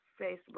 Facebook